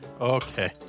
okay